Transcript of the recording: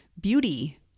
Beauty